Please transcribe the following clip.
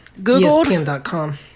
ESPN.com